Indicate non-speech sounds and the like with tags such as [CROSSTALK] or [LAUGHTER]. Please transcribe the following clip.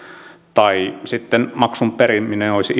tai sitten maksun periminen olisi [UNINTELLIGIBLE]